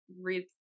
read